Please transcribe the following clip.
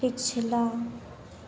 पिछला